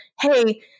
hey